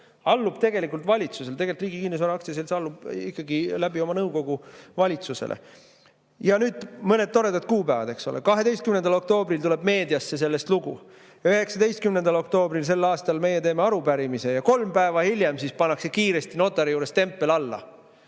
allub valitsusele. Tegelikult Riigi Kinnisvara Aktsiaselts allub ikkagi oma nõukogu kaudu valitsusele. Ja nüüd mõned toredad kuupäevad. 12. oktoobril tuleb meediasse sellest lugu. 19. oktoobril sel aastal meie teeme arupärimise ja kolm päeva hiljem pannakse kiiresti notari juures tempel alla.